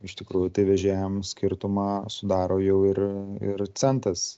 iš tikrųjų tai vežėjams skirtumą sudaro jau ir ir centas